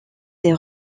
des